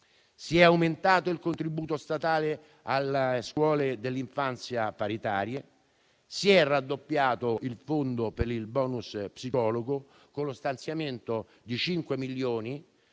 Si è aumentato il contributo statale alle scuole dell'infanzia paritarie e si è raddoppiato il fondo per il *bonus* psicologo, con lo stanziamento di 5 milioni